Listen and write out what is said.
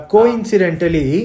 Coincidentally